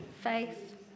Faith